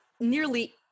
nearly